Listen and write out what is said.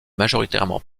majoritairement